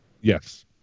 Yes